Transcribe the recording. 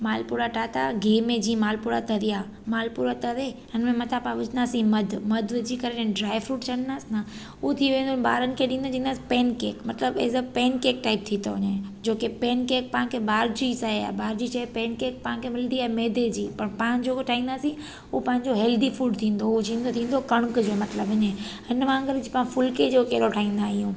मालपुड़ा ठाता गिहु में जीअं मालपुड़ा तरिया मालपुड़ा तरे हुन में मथां पांइ विझंदासी मधू मधू विझी करे ड्राइफ्रुट विझंदासीं न उहो थी वेंदो ॿारनि के ॾींदो चईंदासि पैनकेक मतलबु एज़ अ पैनकेक टाइप थी थो वञे जोके पैनकेक पाण खे ॿाहिरि जी शइ आहे ॿाहिरि जी शइ पैनकेक पाण खे मिलंदी आहे मैदे जी पर पाणि जेको ठाईंदासीं उहो पंहिंजो हेल्दी फ़ूड थींदो हू जीअं थींदो कणिक जो मतलबु इहो हिन वांगुरु ज पाणि फुलके जो कहिड़ो ठाहींदा आहियूं